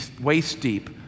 waist-deep